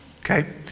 Okay